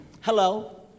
Hello